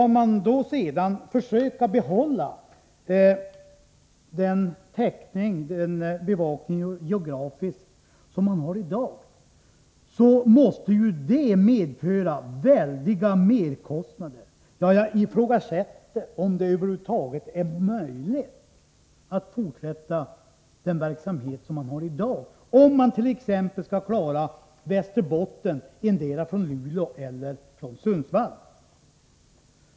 Om man dessutom skall försöka behålla bevakningen på dagens nivå — dvs. det skall vara möjligt att geografiskt täcka in hela området — måste det innebära enorma merkostnader. Jag ifrågasätter om det över huvud taget är möjligt att fortsätta den verksamhet man har, t.ex. om Västerbotten skall täckas in endera från Luleå eller från Sundsvall.